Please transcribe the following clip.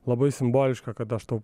labai simboliška kad aš tau